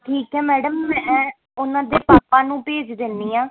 ਠੀਕ ਹੈ ਮੈਡਮ ਮੈਂ ਉਹਨਾਂ ਦੇ ਪਾਪਾ ਨੂੰ ਭੇਜ ਦਿੰਦੀ ਹਾਂ